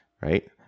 right